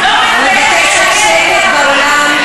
אני מבקשת שקט באולם.